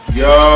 yo